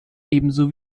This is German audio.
ebenso